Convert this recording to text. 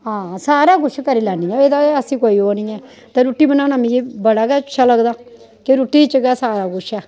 हां सारा कुछ करी लैन्नी आं एह्दा ऐसी कोई ओह् निं ऐ ते रुट्टी बनाना मिगी बड़ा गै अच्छा लगदा कि रुट्टी च गै सारा कुछ ऐ